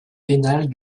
pénale